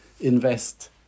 invest